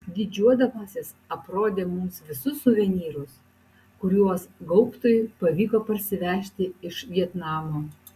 didžiuodamasis aprodė mums visus suvenyrus kuriuos gaubtui pavyko parsivežti iš vietnamo